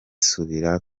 subira